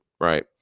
Right